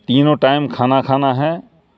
تینوں ٹائم کھانا کھانا ہے